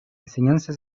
enseñanza